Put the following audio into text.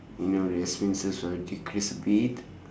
you know the expenses I will decrease a bit